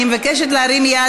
אני מבקשת להרים יד,